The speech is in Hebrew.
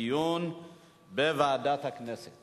התשע"ב 2011, לוועדת הכנסת